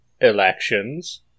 elections